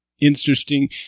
interesting –